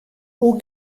hoe